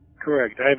Correct